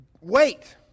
wait